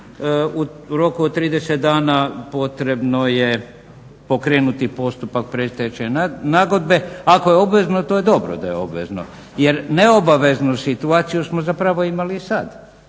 U roku od 30 dana potrebno je pokrenuti postupak predstečajne nagodbe. Ako je obvezno to je dobro da je obvezno, jer neobaveznu situaciju smo zapravo imali i sad.